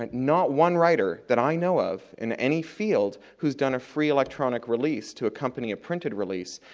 and not one writer that i know of in any field who's done a free electronic release to accompany a printed release,